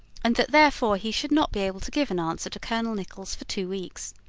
and that therefore he should not be able to give an answer to colonel nichols for two weeks.